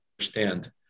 understand